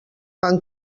van